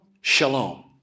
shalom